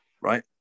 Right